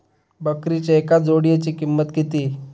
बकरीच्या एका जोडयेची किंमत किती?